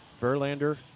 Verlander